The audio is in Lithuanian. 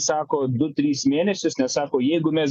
sako du tris mėnesius nes sako jeigu mes